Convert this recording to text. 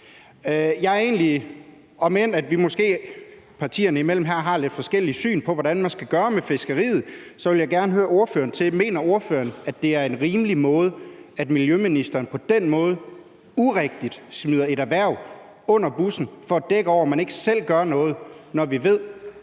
Om end vi måske partierne imellem har lidt forskelligt syn på, hvad man skal gøre med fiskeriet, vil jeg gerne høre ordføreren, om ordføreren mener, at det er rimeligt, at miljøministeren på den måde på en urigtig baggrund smider et erhverv under bussen for at dække over, at man ikke selv gør noget, når vi ved,